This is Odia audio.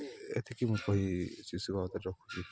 ଏତିକି ମୁଁ କହି ଶିଶୁର ବାବଦରେ ରଖୁଛି